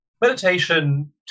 Meditation